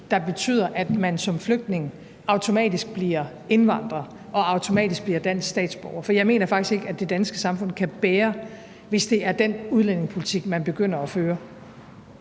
der betyder, at man som flygtning automatisk bliver indvandrer og automatisk bliver dansk statsborger. For jeg mener faktisk ikke, at det danske samfund kan bære, hvis det er den udlændingepolitik, man begynder at føre.